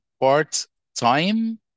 part-time